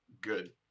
good